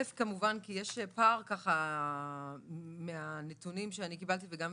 ראשית, כמובן, כי יש פער בין הנתונים שאתם